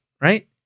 right